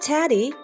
Teddy